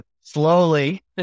slowly